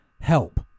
help